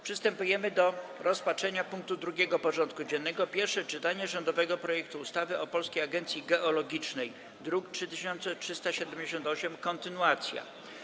Przystępujemy do rozpatrzenia punktu 2. porządku dziennego: Pierwsze czytanie rządowego projektu ustawy o Polskiej Agencji Geologicznej (druk nr 3378) - kontynuacja.